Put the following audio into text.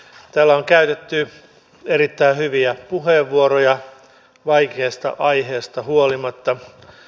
täällä on käytetty erittäin hyviä puheenvuoroja vaikeasta aiheesta huolimatta